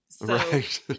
Right